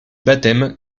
baptême